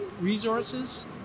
resources